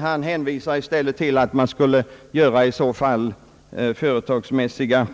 Han hänvisar i stället till att man skulle göra företagsmässiga